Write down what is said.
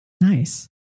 Nice